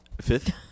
Fifth